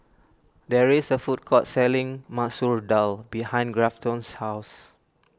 there is a food court selling Masoor Dal behind Grafton's house